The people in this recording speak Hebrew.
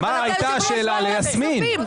אבל אתה יושב ראש ועדת הכספים,